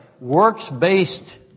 works-based